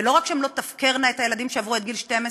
ולא רק שהן לא תפקרנה את הילדים שעברו את גיל 12,